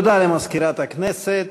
תודה למזכירת הכנסת.